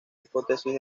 hipótesis